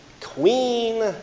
queen